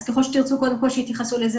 אז ככל שתרצו קודם כל שיתייחסו לזה